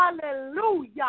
hallelujah